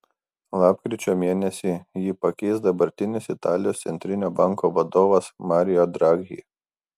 lapkričio mėnesį jį pakeis dabartinis italijos centrinio banko vadovas mario draghi